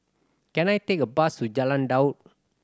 can I take a bus to Jalan Daud